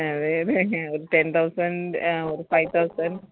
ആ ഒരു ten thousand ആ ഒരു ഫൈവ് തൗസന്റ്